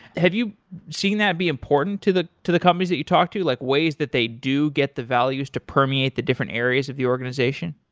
have you seen that be important to the to the companies that you talk to, like ways that they do get the values to permeate the different areas of the organization?